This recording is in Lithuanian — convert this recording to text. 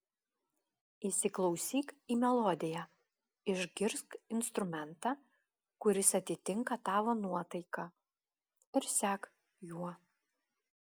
įsiklausyk į melodiją išgirsk instrumentą kuris atitinka tavo nuotaiką ir sek juo